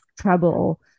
trouble